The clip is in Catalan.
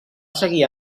seguir